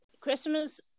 Christmas